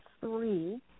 three